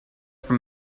from